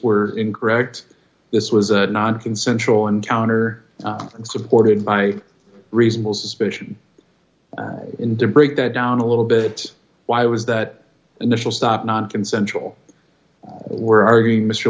were incorrect this was a non consensual encounter and supported by reasonable suspicion in to break that down a little bit why was that initial stop nonconsensual or are going mr